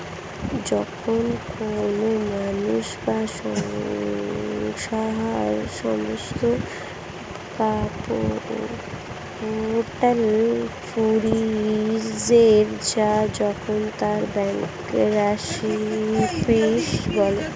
যখন কোনো মানুষ বা সংস্থার সমস্ত ক্যাপিটাল ফুরিয়ে যায় তখন তাকে ব্যাঙ্করাপ্সি বলে